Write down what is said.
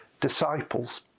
disciples